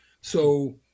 So-